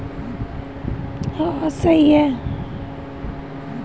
मोहन के पिताजी के खाते से अनधिकृत रूप से पैसे की निकासी की गई जिसका पता बैंक स्टेटमेंट्स से चला